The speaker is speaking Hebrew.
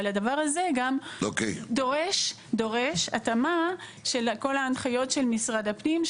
אבל הדבר הזה גם דורש התאמה של כל ההנחיות של משרד הפנים,